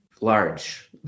large